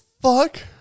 fuck